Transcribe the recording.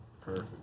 Perfect